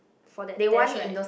for that dash right